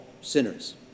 sinners